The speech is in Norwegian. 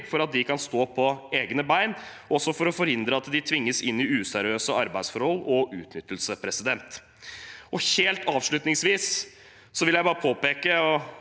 for at de kan stå på egne bein, også for å forhindre at de tvinges inn i useriøse arbeidsforhold og utnyttelse. Helt avslutningsvis vil jeg påpeke